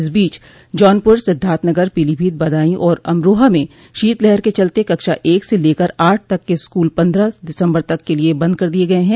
इस बीच जौनपुर सिद्धार्थनगर पीलीभीत बदायूं और अमरोहा में शीतलहर के चलते कक्षा एक से लकर आठ तक के स्कूल पन्द्रह दिसम्बर तक के लिये बंद कर दिये गये है